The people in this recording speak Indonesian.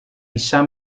bisa